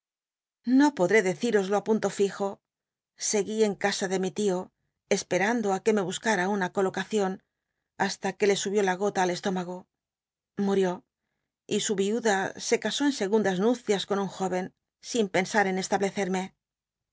no podré decíroslo á punto lijo seguí en c sa de mi tío esperando á que me buscara una colocacion hasta que le subió la gola al estómago iltll'ió y su iuda secas en segundas nupcias con un jóven sin pensar en establecerme